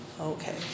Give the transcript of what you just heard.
Okay